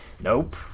Nope